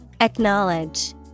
Acknowledge